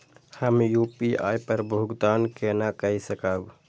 हम यू.पी.आई पर भुगतान केना कई सकब?